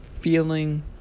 feeling